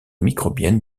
microbienne